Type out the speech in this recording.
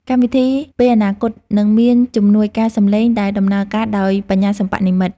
កម្មវិធីនាពេលអនាគត នឹងមានជំនួយការសំឡេងដែលដំណើរការដោយ បញ្ញាសិប្បនិម្មិត។